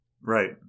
Right